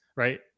Right